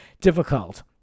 difficult